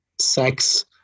sex